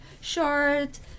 short